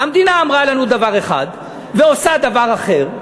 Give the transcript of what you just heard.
המדינה אמרה לנו דבר אחד ועושה דבר אחר.